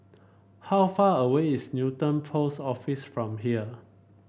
how far away is Newton Post Office from here